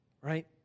right